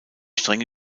strenge